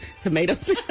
tomatoes